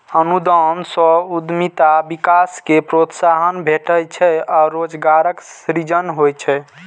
अनुदान सं उद्यमिता विकास कें प्रोत्साहन भेटै छै आ रोजगारक सृजन होइ छै